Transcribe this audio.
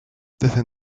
desde